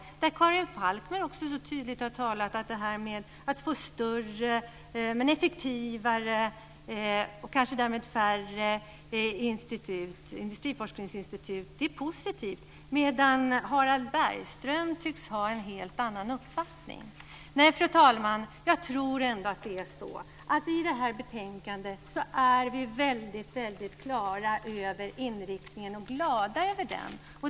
Karin Falkmer har ju så tydligt talat om att det är positivt att få större men effektivare och kanske därmed färre industriforskningsinstitut, medan Harald Bergström tycks ha en helt annan uppfattning. Fru talman, jag tror ändå att det är så att i det här betänkandet är vi väldigt klara över inriktningen och glada över den.